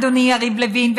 אדוני יריב לוין,